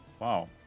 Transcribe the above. Wow